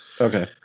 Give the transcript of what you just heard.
Okay